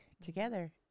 together